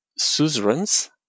suzerains